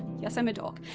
yes i'm a dork.